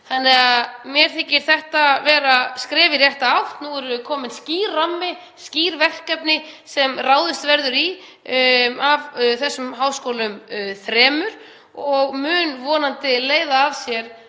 saman. Mér þykir þetta vera skref í rétta átt. Nú er kominn skýr rammi, skýr verkefni sem ráðist verður í af háskólunum þremur og það mun vonandi leiða af sér